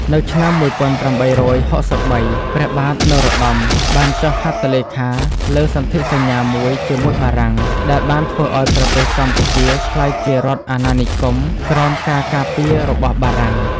នៅឆ្នាំ ១៨៦៣ ព្រះបាទនរោត្តមបានចុះហត្ថលេខាលើសន្ធិសញ្ញាមួយជាមួយបារាំង ដែលបានធ្វើឱ្យប្រទេសកម្ពុជាក្លាយជារដ្ឋអាណានិគមក្រោមការការពាររបស់បារាំង។